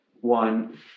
one